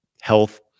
health